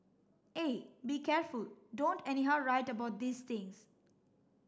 eh be careful don't anyhow write about these things